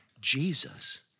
Jesus